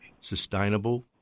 sustainable